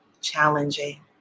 challenging